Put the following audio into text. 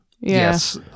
Yes